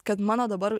kad mano dabar